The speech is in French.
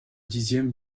dixièmes